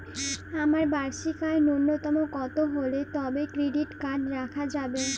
আমার বার্ষিক আয় ন্যুনতম কত হলে তবেই ক্রেডিট কার্ড রাখা যাবে?